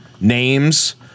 names